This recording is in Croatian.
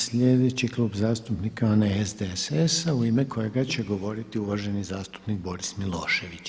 Sljedeći Kluba zastupnika je onaj SDSS-a u ime kojega će govoriti uvaženi zastupnik Boris Milošević.